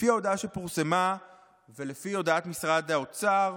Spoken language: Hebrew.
לפי ההודעה שפורסמה ולפי הודעת משרד האוצר,